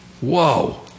Whoa